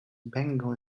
bangle